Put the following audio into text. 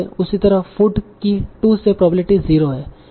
उसी तरह food की to से प्रोबेबिलिटी 0 है